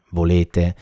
volete